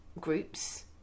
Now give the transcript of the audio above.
groups